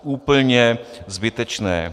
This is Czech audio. Úplně zbytečné.